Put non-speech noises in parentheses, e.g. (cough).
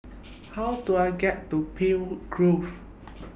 How Do I get to (unintelligible) Grove